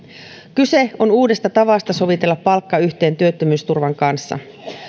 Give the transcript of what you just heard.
kyse on uudesta tavasta sovitella palkka yhteen työttömyysturvan kanssa